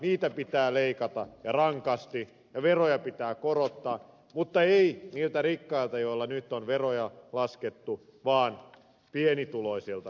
niitä pitää leikata ja rankasti ja veroja pitää korottaa mutta ei niiltä rikkailta joilla nyt on veroja laskettu vaan pienituloisilta